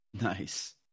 Nice